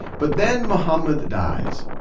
but, then muhammad dies,